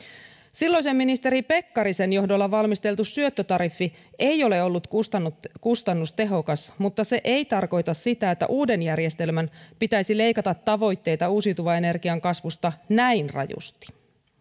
silloisen ministeri pekkarisen johdolla valmisteltu syöttötariffi ei ole ollut kustannustehokas kustannustehokas mutta se ei tarkoita sitä että uuden järjestelmän pitäisi leikata tavoitteita uusiutuvan energian kasvusta näin rajusti